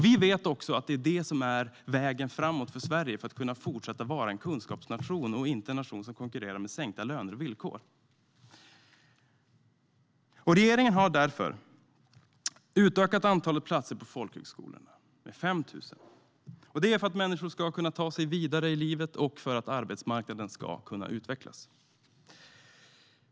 Vi vet också att det är det som är vägen framåt för att Sverige ska kunna fortsätta vara en kunskapsnation och inte en nation som konkurrerar med sänkta löner och villkor. Regeringen har därför utökat antalet platser på folkhögskolorna med 5 000. Det är för att människor ska kunna ta sig vidare i livet och för att arbetsmarknaden ska kunna utvecklas.